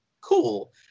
cool